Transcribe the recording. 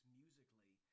musically